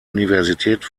universität